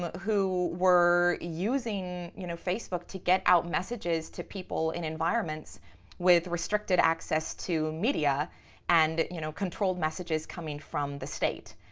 who were using you know facebook to get out messages to people in environments with restricted access to media and you know controlled messages coming from the state.